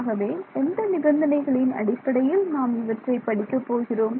ஆகவே எந்த நிபந்தனைகளின் அடிப்படையில் நாம் இவற்றை படிக்கப் போகிறோம்